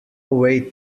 way